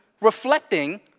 reflecting